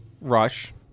rush